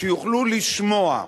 שיוכלו לשמוע.